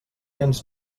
ens